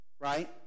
right